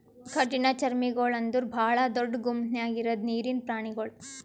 ಕಠಿಣಚರ್ಮಿಗೊಳ್ ಅಂದುರ್ ಭಾಳ ದೊಡ್ಡ ಗುಂಪ್ ನ್ಯಾಗ ಇರದ್ ನೀರಿನ್ ಪ್ರಾಣಿಗೊಳ್